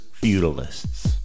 feudalists